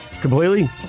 Completely